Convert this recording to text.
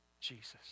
Jesus